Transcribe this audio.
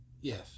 Yes